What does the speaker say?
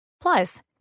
Plus